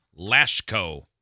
Lashko